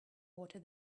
water